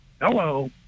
Hello